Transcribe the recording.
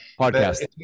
Podcast